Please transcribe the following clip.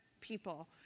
people